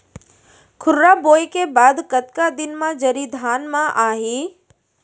खुर्रा बोए के बाद कतका दिन म जरी धान म आही?